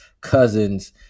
cousins